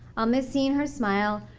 i'll miss seeing her smile,